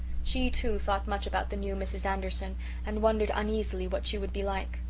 she, too, thought much about the new mrs. anderson and wondered uneasily what she would be like.